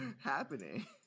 happening